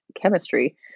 chemistry